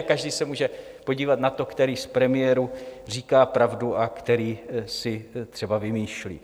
Každý se může podívat na to, který z premiérů říká pravdu a který si třeba vymýšlí.